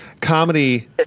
comedy